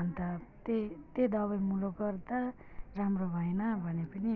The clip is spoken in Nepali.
अन्त त्यही त्यही दबाईमुलो गर्दा राम्रो भएन भने पनि